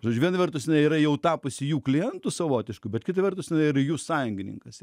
žodžiu viena vertus jinai jau yra tapusi jų klientu savotišku bet kita vertus yra jų sąjungininkas